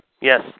Yes